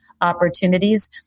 opportunities